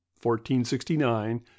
1469